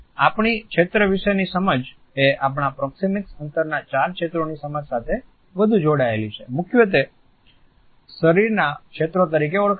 આપણી ક્ષેત્ર વિશેની સમજ એ આપણા પ્રોક્સિમીક અંતરના ચાર ક્ષેત્રોની સમજ સાથે વધુ જોડાયેલી છે મુખ્યત્વે શરીરના ક્ષેત્રો તરીકે ઓળખાય છે